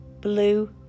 blue